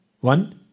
one